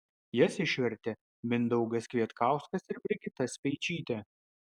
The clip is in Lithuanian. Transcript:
jas išvertė mindaugas kvietkauskas ir brigita speičytė